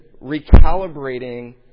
recalibrating